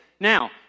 Now